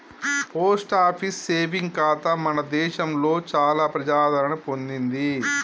post office saving ఖాతా మన దేశంలో చాలా ప్రజాదరణ పొందింది